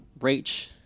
reach